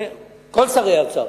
כן, כל שרי האוצר,